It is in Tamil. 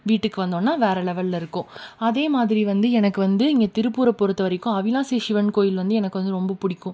வீட்டுக்கு வந்தோன்னால் வேறு லெவலில் இருக்கும் அதேமாதிரி வந்து எனக்கு வந்து இங்கே திருப்பூரை பொறுத்தவரைக்கும் அவினாசி சிவன் கோவில் வந்து எனக்கு வந்து ரொம்ப பிடிக்கும்